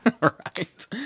Right